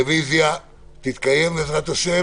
הרוויזיה תתקיים, בעזרת ה'.